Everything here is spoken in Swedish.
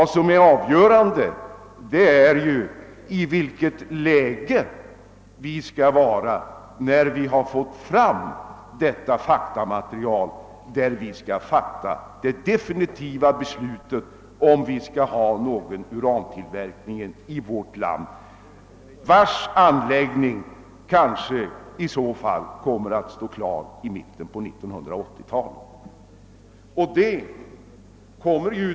Det avgörande är vilket läge vi kommer att befinna oss i när vi fått fram det faktamaterial, på vilket vi skall fatta det definitiva beslutet huruvida vi skall ha någon urantillverkning i vårt land. Anläggningen härför kommer i så fall kanske att stå klar i mitten på 1980-talet.